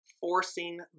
forcing